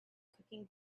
cooking